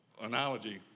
analogy